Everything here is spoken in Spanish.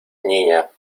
niña